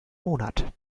monat